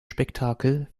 spektakel